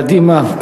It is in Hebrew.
קדימה,